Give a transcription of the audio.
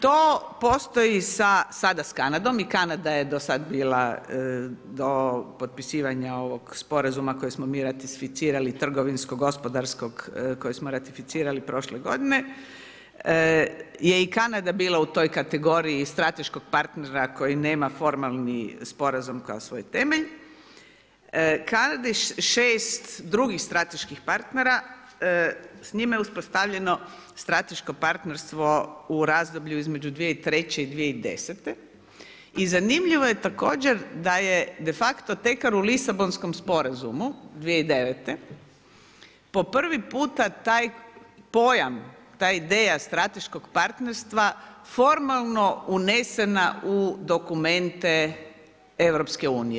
To postoji sada s Kanadom i Kanada je do sada bila do potpisivanja ovog sporazuma kojeg smo mi ratificirali trgovinsko-gospodarskog koji smo ratificirali prošle godine je i Kanada bila u toj kategoriji strateškog partnera koji nema formalni sporazum kao svoj temelj, Kanada i šest drugih strateških partnera s njima je uspostavljeno strateško partnerstvo u razdoblju između 2003. i 2010. i zanimljivo je također da je de facto tekar u Lisabonskom sporazumu 2009. po prvi puta taj pojam ta ideja strateškog partnerstva formalno unesena u dokumente EU.